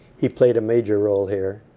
he played a major role here.